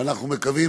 ואנחנו מקווים,